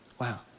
wow